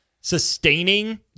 sustaining